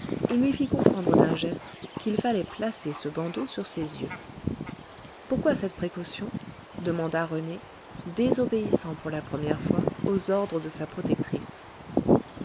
et lui fit comprendre d'un geste qu'il fallait placer ce bandeau sur ses yeux pourquoi cette précaution demanda rené désobéissant pour la première fois aux ordres de sa protectrice